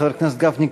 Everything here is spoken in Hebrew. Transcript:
חבר הכנסת גפני,